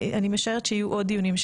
אני משערת שיהיו עוד דיונים.